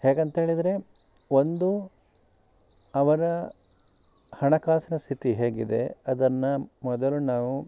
ಹೇಗಂತ ಹೇಳಿದರೆ ಒಂದು ಅವರ ಹಣಕಾಸಿನ ಸ್ಥಿತಿ ಹೇಗಿದೆ ಅದನ್ನು ಮೊದಲು ನಾವು